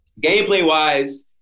gameplay-wise